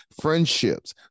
friendships